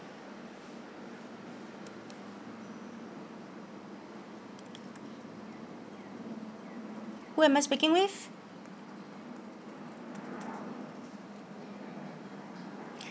who am I speaking with